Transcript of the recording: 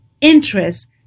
interest